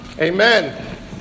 Amen